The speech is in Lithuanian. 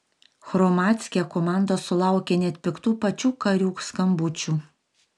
hromadske komanda sulaukė net piktų pačių karių skambučių